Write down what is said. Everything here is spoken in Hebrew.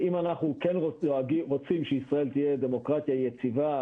אם אנחנו כן רוצים שישראל תהיה דמוקרטיה יציבה,